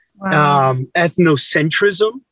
ethnocentrism